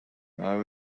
have